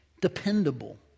Dependable